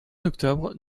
octobre